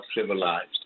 civilized